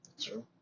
true